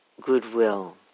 goodwill